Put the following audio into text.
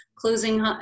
Closing